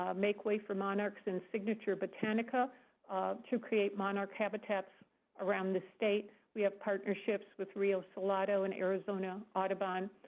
um make way for monarchs and signature botanica to create monarch habitats around the state. we have partnerships with rio salato and arizona audubon.